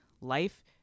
life